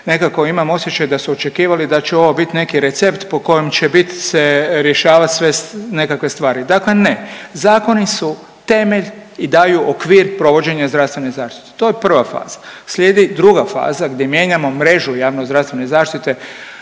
nekako imam osjećaj da su očekivali da će ovo bit neki recept po kojem će bit se rješavat sve nekakve stvari. Dakle, ne zakoni su temelj i daju okvir provođenja zdravstvene zaštite, to je prva faza. Slijedi druga faza gdje mijenjamo mrežu javnozdravstvene zaštite